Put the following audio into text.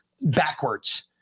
backwards